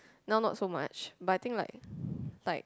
now not so much but I think like like